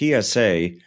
PSA